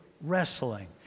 wrestling